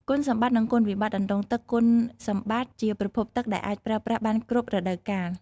គុណសម្បត្តិ និងគុណវិបត្តិអណ្ដូងទឹកគុណសម្បត្តិ ជាប្រភពទឹកដែលអាចប្រើប្រាស់បានគ្រប់រដូវកាល។